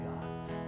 God